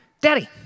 Daddy